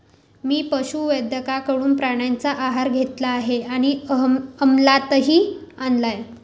मी पशुवैद्यकाकडून प्राण्यांचा आहार घेतला आहे आणि अमलातही आणला आहे